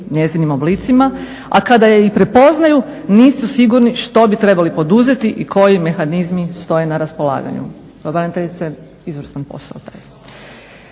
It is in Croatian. njezinim oblicima, a kada je i prepoznaju nisu sigurni što bi trebali poduzeti i koji mehanizmi stoje na raspolaganju.